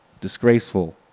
Disgraceful